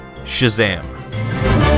Shazam